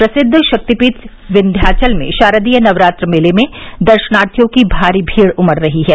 प्रसिद्व शक्तिपीठ विन्ध्याचल में शारदीय नवरात्र मेले में दर्शनार्थियों की भारी भीड़ उमड़ रही है